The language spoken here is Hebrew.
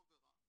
טוב ורע,